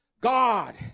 God